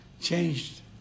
changed